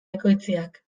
ekoitziak